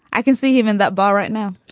i can see even that bar right now.